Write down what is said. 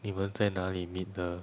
你们在哪里 meet 的